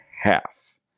half